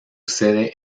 sede